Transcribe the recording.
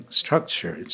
structure